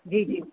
जी जी